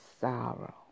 sorrow